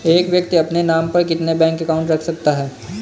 एक व्यक्ति अपने नाम पर कितने बैंक अकाउंट रख सकता है?